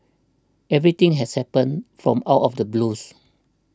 everything has happened from out of the blues